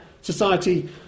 Society